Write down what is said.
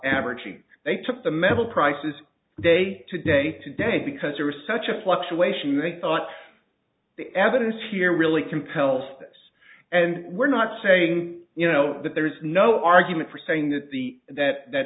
averaging they took the metal prices day to day to day because there was such a fluctuation they thought the evidence here really compels this and we're not saying you know that there is no argument for saying that the that that